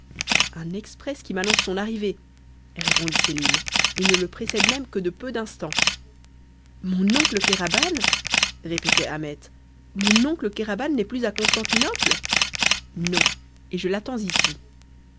un exprès qui m'annonce son arrivée répondit sélim et ne le précède même que de peu d'instants mon oncle kéraban répétait ahmet mon oncle kéraban n'est plus à constantinople non et je l'attends ici